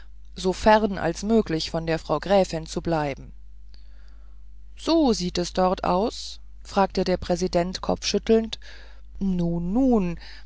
so fern als möglich von der frau gräfin zu bleiben so sieht es dort aus fragte der präsident kopfschüttelnd nun nun